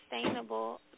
sustainable